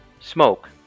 Smoke